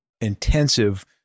intensive